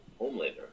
Homelander